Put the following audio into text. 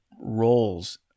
roles